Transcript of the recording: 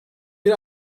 bir